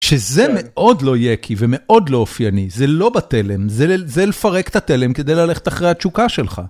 שזה מאוד לא יקי ומאוד לא אופייני, זה לא בתלם, זה לפרק את התלם כדי ללכת אחרי התשוקה שלך.